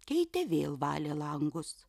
keitė vėl valė langus